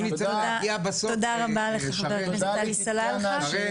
תודה רבה לך ח"כ עלי סלאלחה.